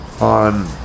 on